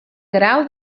grau